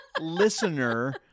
listener